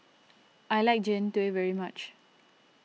I like Jian Dui very much